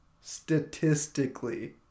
Statistically